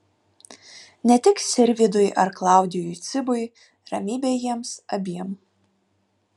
ne tik sirvydui ar klaudijui cibui ramybė jiems abiem